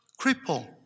cripple